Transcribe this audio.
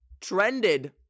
trended